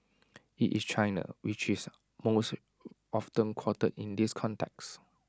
IT is China which is most often quoted in this context